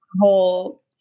whole